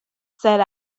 said